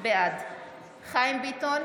בעד חיים ביטון,